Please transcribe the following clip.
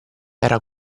era